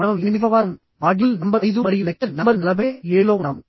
మనం 8వ వారం మాడ్యూల్ నంబర్ 5 మరియు లెక్చర్ నంబర్ 47లో ఉన్నాము